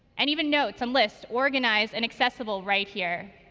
and even notes and lists, organized and accessible right here.